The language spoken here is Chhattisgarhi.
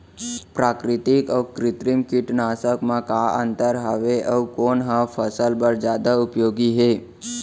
प्राकृतिक अऊ कृत्रिम कीटनाशक मा का अन्तर हावे अऊ कोन ह फसल बर जादा उपयोगी हे?